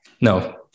No